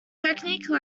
technique